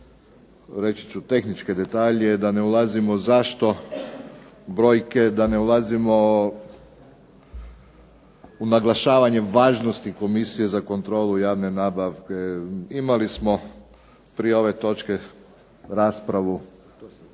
reći ću tehničke detalje, da ne ulazimo zašto brojke, da ne ulazimo u naglašavanje važnosti Komisije za kontrolu javne nabave imali smo prije ove točke raspravu